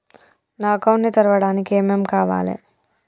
నా అకౌంట్ ని తెరవడానికి ఏం ఏం కావాలే?